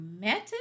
method